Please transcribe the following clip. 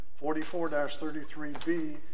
44-33B